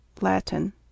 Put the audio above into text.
Latin